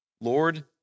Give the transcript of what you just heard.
Lord